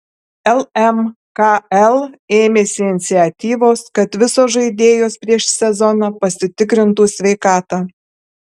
lmkl ėmėsi iniciatyvos kad visos žaidėjos prieš sezoną pasitikrintų sveikatą